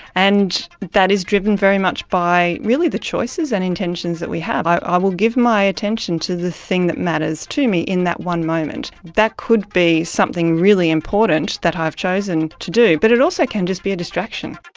and that is driven very much by really the choices and intentions that we have. i ah will give my attention to the thing that matters to me in that one moment. that could be something really important that i've chosen to do, but it also can just be a distraction.